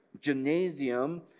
gymnasium